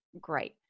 great